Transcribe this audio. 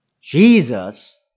Jesus